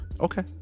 okay